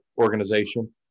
organization